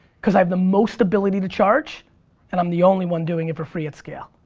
cause i have the most ability to charge and i'm the only one doing it for free at scale.